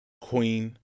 queen